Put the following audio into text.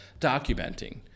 documenting